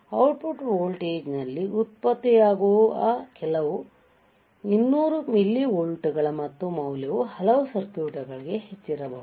output ವೋಲ್ಟೇಜ್ನಲ್ಲಿ ಉತ್ಪತ್ತಿಯಾಗುವ ಕೆಲವು 200 ಮಿಲಿವೋಲ್ಟ್ಗಳ ಮತ್ತು ಮೌಲ್ಯವು ಹಲವು ಸರ್ಕ್ಯೂಟ್ಗಳಿಗೆ ಹೆಚ್ಚಿರಬಹುದು